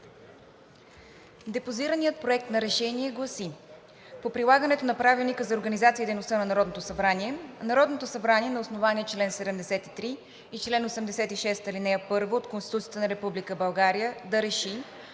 прилагане на Проект на решение по прилагането на Правилника за организацията и дейността на Народното събрание Народното събрание на основание чл. 73 и чл. 86, ал. 1 от Конституцията на Република България РЕШИ: